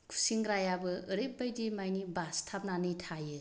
गुसेंग्रायाबो ओरैबायदि माने बास्थाबनानै थायो